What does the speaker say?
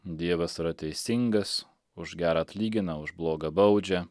dievas yra teisingas už gera atlygina už bloga baudžia